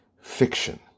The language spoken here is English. fiction